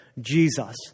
Jesus